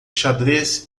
xadrez